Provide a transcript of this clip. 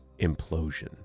implosion